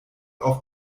auf